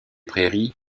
prairies